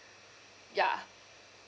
yeah